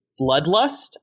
bloodlust